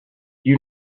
you